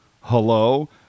hello